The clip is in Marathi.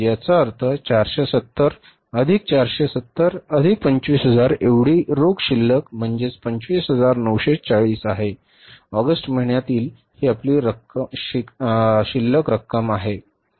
म्हणजे याचा अर्थ 470 अधिक 470 अधिक 25000 एवढी रोख शिल्लक म्हणजेच 25940 आहेत ऑगस्ट महिन्यातील हे आपली शिल्लक आहे